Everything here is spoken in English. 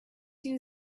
you